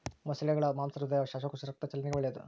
ಮೊಸಳೆಗುಳ ಮಾಂಸ ಹೃದಯ, ಶ್ವಾಸಕೋಶ, ರಕ್ತ ಚಲನೆಗೆ ಒಳ್ಳೆದು